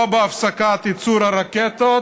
לא הפסקת ייצור הרקטות